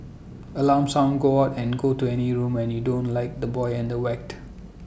alarm sound go out and go to any room and you don't like the boy and the whacked